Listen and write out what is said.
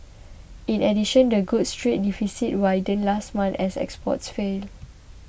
in addition the goods trade deficit widened last month as exports fell